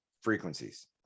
frequencies